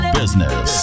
business